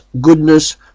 goodness